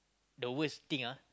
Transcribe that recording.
the worst thing ah